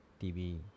TV